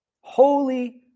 Holy